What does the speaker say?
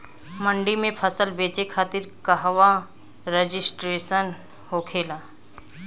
मंडी में फसल बेचे खातिर कहवा रजिस्ट्रेशन होखेला?